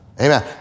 Amen